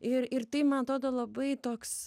ir ir tai man atodo labai toks